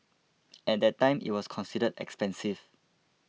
at that time it was considered expensive